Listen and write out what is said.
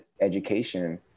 education